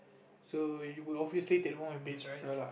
so you obviously take the one with base right